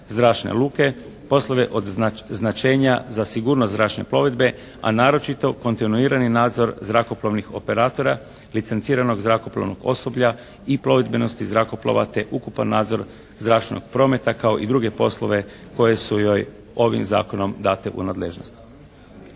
zračne luke, poslove od značenja za sigurnost zračne plovidbe a naročito kontinuirani nadzor zrakoplovnih operatora, licenciranog zrakoplovnog osoblja i plovidbenosti zrakoplova te ukupan nadzor zračnog prometa kao i druge poslove koji su joj ovim zakonom date u nadležnost.